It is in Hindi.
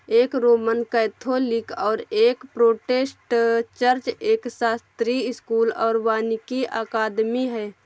एक रोमन कैथोलिक और एक प्रोटेस्टेंट चर्च, एक शास्त्रीय स्कूल और वानिकी अकादमी है